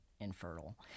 infertile